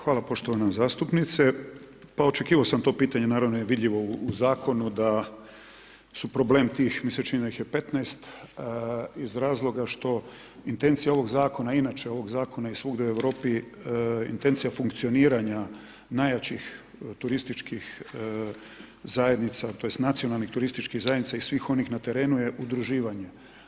Hvala poštovana zastupnice, pa očekivo sam to pitanje naravno je vidljivo u zakonu da su problem tih, mi se čini da ih je 15, iz razloga što intencija ovog zakona, inače ovog zakona i svugdje u Europi intencija funkcioniranja najjačih turističkih zajednica tj. nacionalnih turističkih zajednica i svih onih na terenu je udruživanje.